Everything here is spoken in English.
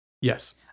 Yes